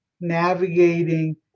navigating